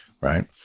right